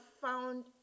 found